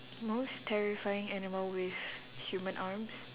most terrifying animal with human arms